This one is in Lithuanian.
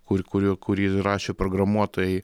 kur kurį kurį rašė programuotojai